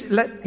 let